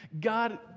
God